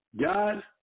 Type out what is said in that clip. God